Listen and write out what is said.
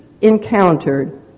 encountered